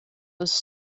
was